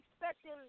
expecting